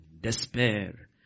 despair